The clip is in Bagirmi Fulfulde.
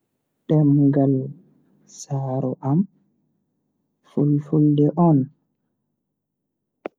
Demngaal saaro am fulfulde on.